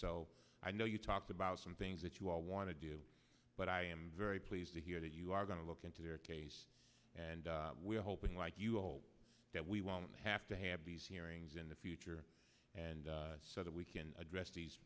so i know you talked about some things that you all want to do but i am very pleased to hear that you are going to look into your case and we are hoping like you hope that we won't have to have these hearings in the future and said we can address these